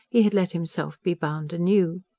he had let himself be bound anew.